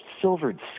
silvered